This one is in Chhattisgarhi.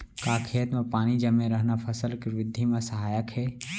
का खेत म पानी जमे रहना फसल के वृद्धि म सहायक हे?